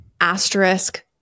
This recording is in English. asterisk